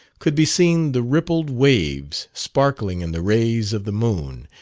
could be seen the rippled waves sparkling in the rays of the moon,